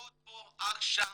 אחות פה, אח שם.